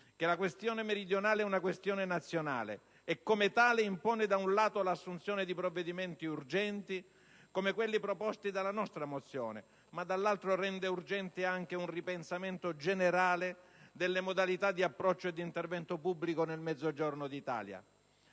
che la questione meridionale è una questione nazionale e, come tale, impone da un lato l'assunzione di provvedimenti urgenti, come quelli proposti dalla nostra mozione, ma dall'altro rende urgente anche un ripensamento generale delle modalità di approccio e di intervento pubblico nel Mezzogiorno d'Italia.